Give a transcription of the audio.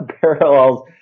parallels